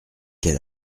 quel